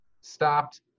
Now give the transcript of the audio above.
stopped